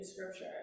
scripture